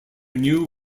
new